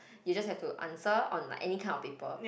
you just have to answer on like any kind of paper